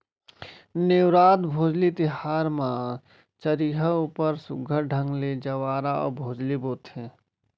नेवरात, भोजली तिहार म चरिहा ऊपर सुग्घर ढंग ले जंवारा अउ भोजली बोथें